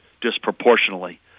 disproportionately